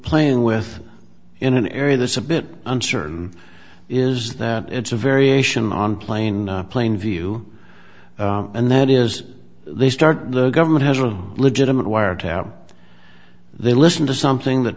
playing with in an area that's a bit uncertain is that it's a variation on plain plain view and that is they start the government has a legitimate wiretap they listen to something that